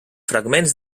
fragments